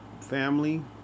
family